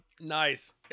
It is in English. Nice